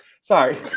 sorry